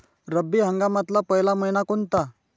रब्बी हंगामातला पयला मइना कोनता?